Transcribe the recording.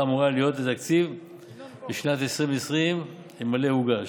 אמורה להיות בתקציב בשנת 2020 אילו הוגש.